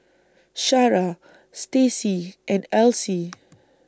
Shara Stacie and Alcee